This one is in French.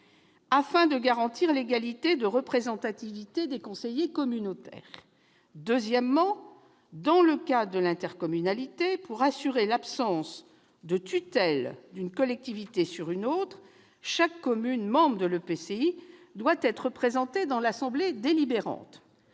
afin de garantir l'égalité de représentativité des conseillers communautaires. D'autre part, dans le cadre de l'intercommunalité, pour assurer l'absence de tutelle d'une collectivité sur une autre, chaque commune membre de l'EPCI doit être représentée au sein de l'assemblée délibérante.